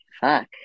fuck